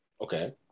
Okay